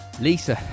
Lisa